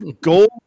gold